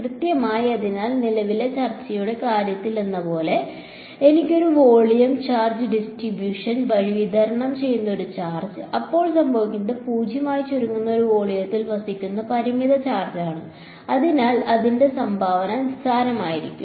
കൃത്യമായി അതിനാൽ നിലവിലെ ചർച്ചയുടെ കാര്യത്തിലെന്നപോലെ എനിക്ക് ഒരു വോളിയം ചാർജ് ഡിസ്ട്രിബ്യൂഷൻ ഉണ്ടെങ്കിൽ വോളിയം വഴി വിതരണം ചെയ്യുന്ന ഒരു ചാർജ് അപ്പോൾ സംഭവിക്കുന്നത് 0 ആയി ചുരുങ്ങുന്ന ഒരു വോളിയത്തിൽ വസിക്കുന്ന പരിമിത ചാർജ് ആണ് അതിനാൽ അതിന്റെ സംഭാവന നിസ്സാരമായിരിക്കും